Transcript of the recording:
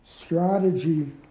strategy